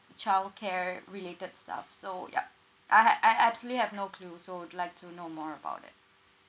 childcare related stuff so ya I have I absolutely have no clue so would like to know more about it